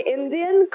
Indian